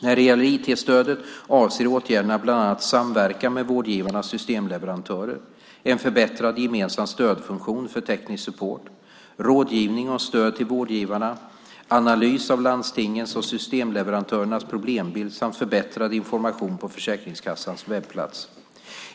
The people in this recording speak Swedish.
När det gäller IT-stödet avser åtgärderna bland annat samverkan med vårdgivarnas systemleverantörer, en förbättrad gemensam stödfunktion för teknisk support, rådgivning och stöd till vårdgivarna, analys av landstingens och systemleverantörernas problembild samt förbättrad information på Försäkringskassans webbplats.